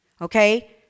Okay